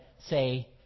say